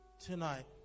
tonight